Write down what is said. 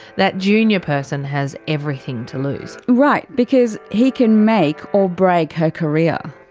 that junior person has everything to lose. right, because he can make or break her career.